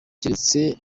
keretse